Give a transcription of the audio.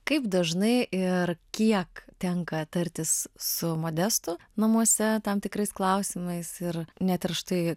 kaip dažnai ir kiek tenka tartis su modestu namuose tam tikrais klausimais ir net ir štai